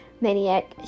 maniac